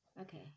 Okay